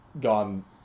gone